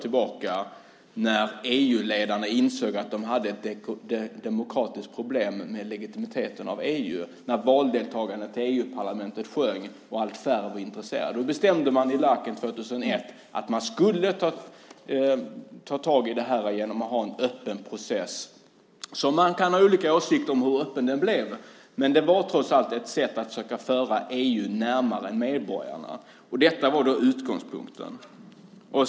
EU-ledarna insåg att de hade ett demokratiskt problem med legitimiteten av EU när valdeltagandet till EU-parlamentet sjönk och allt färre var intresserade. I Laaken 2001 bestämde man att man skulle ta tag i detta genom att ha en öppen process. Man kan ha olika åsikter om hur öppen den blev, men det var trots allt ett sätt att försöka föra EU närmare medborgarna. Detta var utgångspunkten.